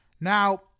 Now